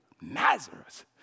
Nazareth